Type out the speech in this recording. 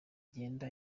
igenda